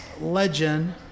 legend